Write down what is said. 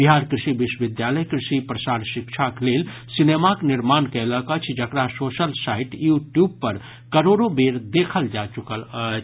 बिहार कृषि विश्वविद्यालय कृषि प्रसार शिक्षाक लेल सिनेमाक निर्माण कयलक अछि जकरा सोशल साईट यू ट्यूब पर करोड़ों बेर देखल जा चुकल अछि